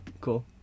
Cool